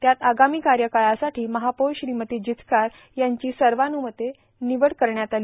त्यात पुढील आगामी काळासाठी महापौर श्रीमती जिचकार यांची सर्वान्रमते निवड करण्यात आली